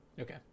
Okay